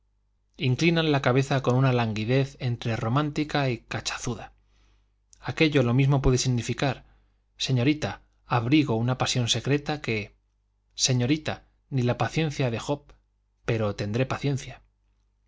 inclinan la cabeza con una languidez entre romántica y cachazuda aquello lo mismo puede significar señorita abrigo una pasión secreta que señorita ni la paciencia de job pero tendré paciencia